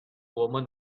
woman